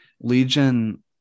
Legion –